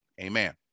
Amen